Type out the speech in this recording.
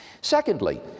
Secondly